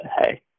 hey